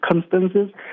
circumstances